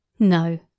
No